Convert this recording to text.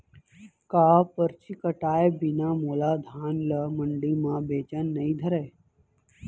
का परची कटाय बिना मोला धान ल मंडी म बेचन नई धरय?